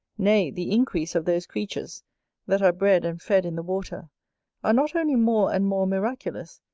nay, the increase of those creatures that are bred and fed in the water are not only more and more miraculous,